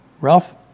Ralph